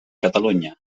catalunya